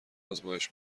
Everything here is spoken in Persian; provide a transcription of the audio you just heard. آزمایش